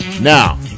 Now